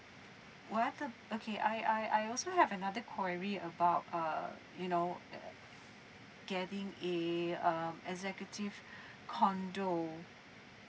what ab~ okay I I I also have another query about uh you know uh uh getting a uh executive condo